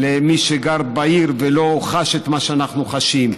למי שגר בעיר ולא חש את מה שאנחנו חשים.